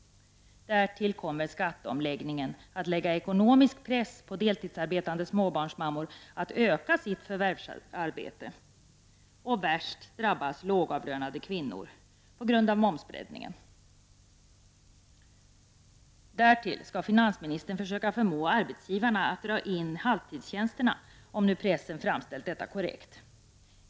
Därtill kommer skatteomläggningen att lägga ekonomisk press på deltidsarbetande småbarnsmammor att öka sitt förvärvsarbete. Värst drabbas lågavlönade kvinnor på grund av momsbreddningen. Därtill skall finansministern försöka förmå arbetsgivarna att dra in halvtidstjänster, om nu pressen har framställt detta korrekt.